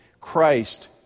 Christ